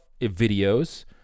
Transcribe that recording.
videos